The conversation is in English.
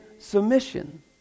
submission